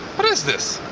what is this?